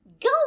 Go